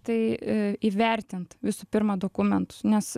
tai įvertint visų pirma dokumentus nes